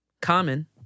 Common